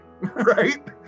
Right